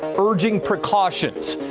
urging precautions.